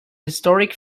historic